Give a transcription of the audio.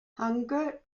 hunger